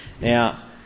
Now